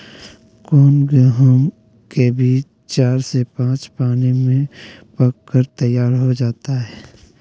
कौन गेंहू के बीज चार से पाँच पानी में पक कर तैयार हो जा हाय?